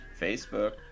Facebook